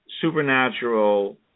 supernatural